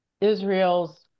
Israel's